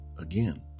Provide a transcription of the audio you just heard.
again